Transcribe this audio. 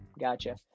gotcha